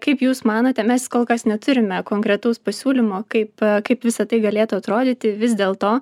kaip jūs manote mes kol kas neturime konkretaus pasiūlymo kaip kaip visa tai galėtų atrodyti vis dėl to